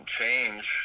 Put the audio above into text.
change